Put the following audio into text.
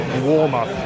warm-up